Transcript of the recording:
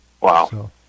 Wow